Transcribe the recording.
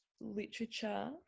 literature